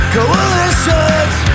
Coalitions